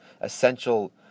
essential